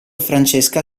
francesca